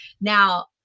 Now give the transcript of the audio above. Now